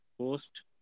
post